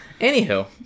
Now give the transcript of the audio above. anywho